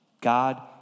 God